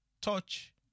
touch